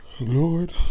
Lord